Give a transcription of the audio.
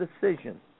decision